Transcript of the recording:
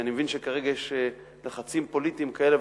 כי אני מבין שכרגע יש לחצים פוליטיים כאלה